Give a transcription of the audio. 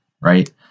right